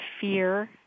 fear